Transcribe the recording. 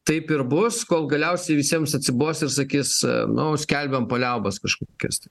taip ir bus kol galiausiai visiems atsibos ir sakys nu skelbiam paliaubas kažkokias tai